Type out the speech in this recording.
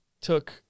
took